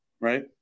right